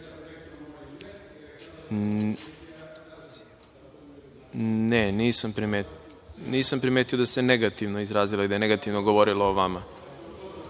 rekla).Nisam primetio da se negativno izrazila i da je negativno govorila o vama.